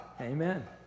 amen